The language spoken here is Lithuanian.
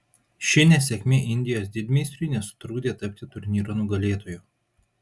ši nesėkmė indijos didmeistriui nesutrukdė tapti turnyro nugalėtoju